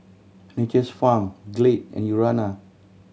Nature's Farm Glade and Urana